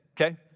okay